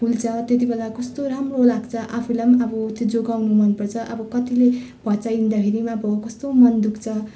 फुल्छ त्यति बेला कस्तो राम्रो लाग्छ आफैँलाई पनि अब त्यो जोगाउनु मनपर्छ अब कतिले भच्याइदिँदाखेरि पनि अब कस्तो मन दुख्छ